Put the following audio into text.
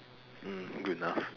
mm good enough